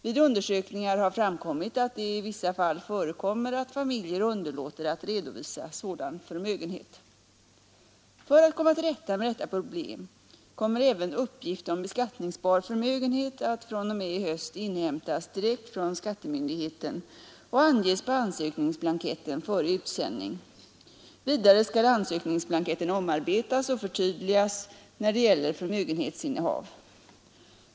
Vid undersökningar har framkommit att det i vissa fall förekommer att familjer underlåter att redovisa sådan förmögenhet. För att komma till rätta med detta problem kommer även uppgift om beskattningsbar förmögenhet att fr.o.m. i höst inhämtas direkt från skattemyndigheten och anges på ansökningsblanketten före utsändning. Vidare skall ansökningsblanketten omarbetas och förtydligas när det gäller förmögenhetsinnehav.